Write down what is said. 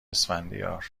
اسفندیار